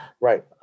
Right